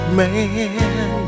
man